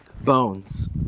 bones